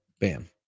bam